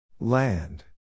Land